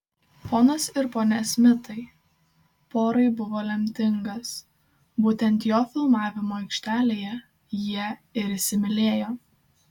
ponas ir ponia smitai porai buvo lemtingas būtent jo filmavimo aikštelėje jie ir įsimylėjo